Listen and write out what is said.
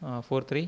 four three